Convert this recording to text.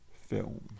film